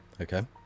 Okay